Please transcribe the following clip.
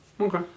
okay